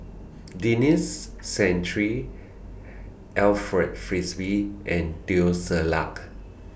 Denis Santry Alfred Frisby and Teo Ser Luck